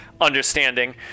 understanding